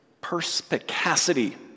perspicacity